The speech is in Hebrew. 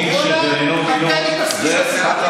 איך באמצע הקורונה אתם מתעסקים בסיפוח?